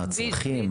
מה הצרכים,